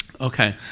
Okay